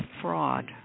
fraud